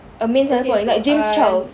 okay so uh